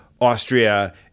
Austria